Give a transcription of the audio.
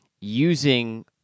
using